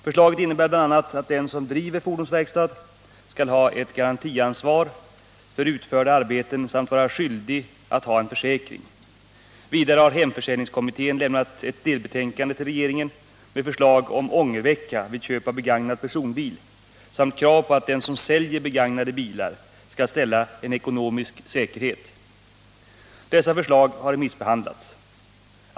Förslaget innebär bl.a. att den som driver fordonsverkstad skall ha ett garantiansvar för utförda arbeten samt vara skyldig att ha en försäkring. Vidare har hemförsäljningskommittén lämnat ett delbetänkande till regeringen med förslag om ångervecka vid köp av begagnad personbil samt krav på att den som säljer begagnade bilar skall ställa en ekonomisk säkerhet. Dessa förslag har remissbehandlats.